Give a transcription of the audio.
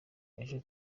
ejo